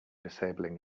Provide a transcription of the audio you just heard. disabling